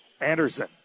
Anderson